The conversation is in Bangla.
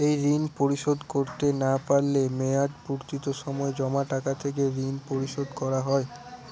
এই ঋণ পরিশোধ করতে না পারলে মেয়াদপূর্তির সময় জমা টাকা থেকে ঋণ পরিশোধ করা হয়?